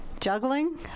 Juggling